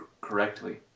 correctly